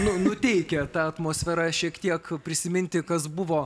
nu nuteikia tą atmosferą šiek tiek prisiminti kas buvo